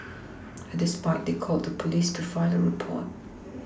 at this point they called the police to file a report